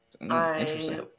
Interesting